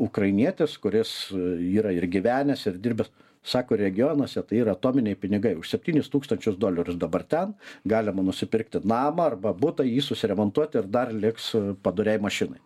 ukrainietis kuris yra ir gyvenęs ir dirbęs sako regionuose tai yra atominiai pinigai už septynis tūkstančius dolerius dabar ten galima nusipirkti namą arba butą jį susiremontuoti ir dar liks padoriai mašinai